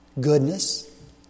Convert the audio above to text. goodness